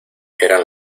eran